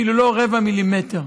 אפילו לא ברבע מילימטר.